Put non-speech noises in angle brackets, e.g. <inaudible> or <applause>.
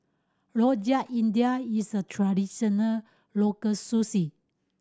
Rojak India is a traditional local <unintelligible>